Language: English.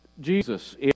Jesus